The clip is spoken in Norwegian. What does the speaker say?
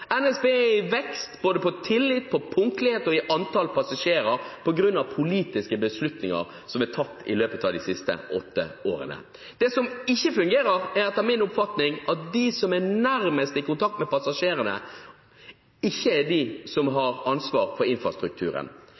NSB er i vekst, når det gjelder både tillit, punktlighet og antall passasjerer, på grunn av politiske beslutninger som er tatt i løpet av de siste åtte årene. Det som ikke fungerer, er etter min oppfatning at de som er nærmest i kontakt med passasjerene, ikke er de som har ansvar for infrastrukturen.